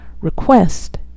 Request